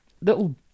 little